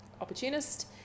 opportunist